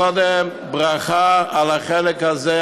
קודם ברכה על החלק הזה,